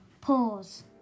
Pause